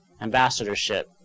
ambassadorship